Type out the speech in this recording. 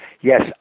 Yes